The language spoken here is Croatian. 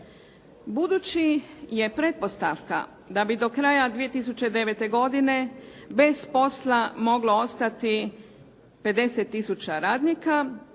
Budući je pretpostavka da bi do kraja 2009. godine bez posla moglo ostati 50 tisuća radnika,